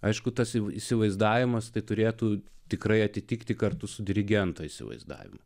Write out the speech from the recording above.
aišku tas įsivaizdavimas tai turėtų tikrai atitikti kartu su dirigento įsivaizdavimu